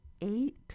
eight